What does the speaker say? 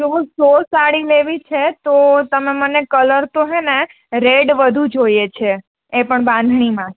તો હું સો સાડી લેવી છે તો તમે મને કલર તો હે ને રેડ વધુ જોઈએ છે એ પણ બાંધણીમાં